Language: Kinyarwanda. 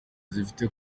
zifite